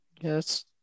Yes